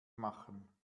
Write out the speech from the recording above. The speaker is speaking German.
machen